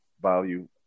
value